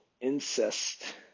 incest